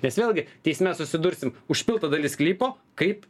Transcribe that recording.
nes vėlgi teisme susidursim užpilta dalis sklypo kaip